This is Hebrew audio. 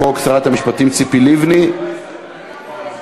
והיא חוזרת לדיון בוועדת החוקה, חוק ומשפט.